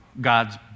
God's